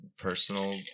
personal